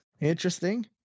interesting